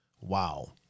Wow